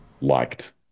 liked